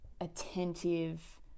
attentive